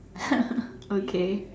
okay